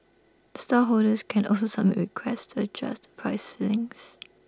stallholders can also submit requests to adjust the price ceilings